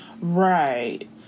Right